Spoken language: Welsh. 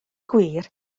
gwir